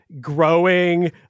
growing